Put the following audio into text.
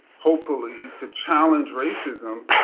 hopefully, to challenge racism,